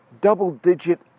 double-digit